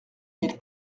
mille